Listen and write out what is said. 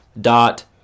Dot